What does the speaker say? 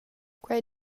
quei